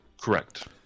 Correct